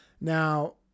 Now